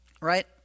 right